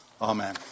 Amen